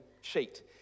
sheet